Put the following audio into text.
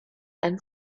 and